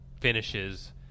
finishes